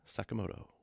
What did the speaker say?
Sakamoto